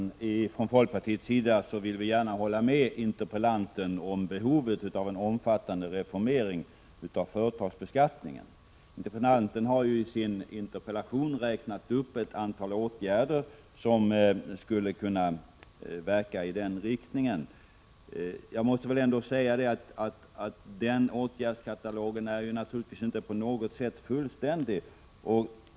Herr talman! Vi i folkpartiet vill gärna hålla med interpellanten om behovet av en omfattande reformering av företagsbeskattningen. Interpellanten har i sin interpellation räknat upp ett antal åtgärder som skulle kunna verka i den riktningen, men den åtgärdskatalogen är naturligtvis inte på något sätt fullständig.